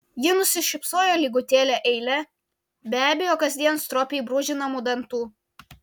ji nusišypsojo lygutėle eile be abejo kasdien stropiai brūžinamų dantų